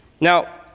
Now